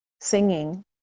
singing